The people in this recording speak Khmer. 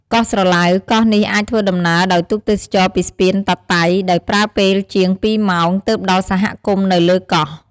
កោះស្រឡៅ កោះនេះអាចធ្វើដំណើរដោយទូកទេសចរណ៍ពីស្ពានតាតៃ ដោយប្រើពេលជាង ២ ម៉ោង ទើបដល់សហគមន៍នៅលើកោះ។